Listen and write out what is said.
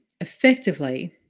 effectively